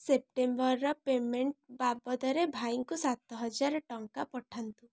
ସେପ୍ଟେମ୍ବରର payment ବାବଦରେ ଭାଇଙ୍କୁ ସାତହାଜର ଟଙ୍କା ପଠାନ୍ତୁ